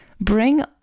Bring